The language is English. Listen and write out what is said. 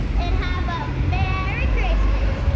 and have a merry christmas